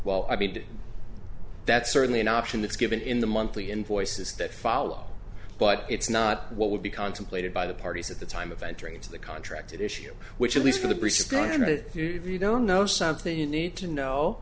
well i mean that's certainly an option that's given in the monthly invoices that follow but it's not what would be contemplated by the parties at the time of entering into the contract issue which at least for the prescribed hundred of you don't know something you need to know